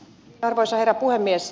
arvoisa herra puhemies